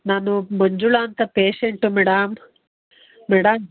ನಾನು ಮಂಜುಳ ಅಂತ patient madam madam